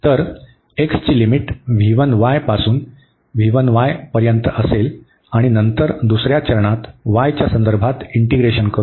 तर x ची limit पासून पर्यंत असेल आणि नंतर दुसर्या चरणात y च्या संदर्भात इंटीग्रेशन करू